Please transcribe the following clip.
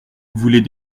voulait